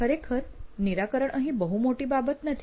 ખરેખર નિરાકરણ અહીં બહુ મોટી બાબત નથી